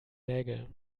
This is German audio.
nägel